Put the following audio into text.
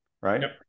right